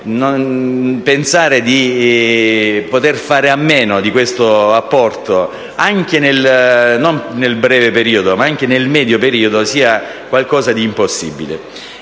che pensare di poter fare a meno di questo apporto, non solo nel breve ma anche nel medio periodo, sia qualcosa di impossibile,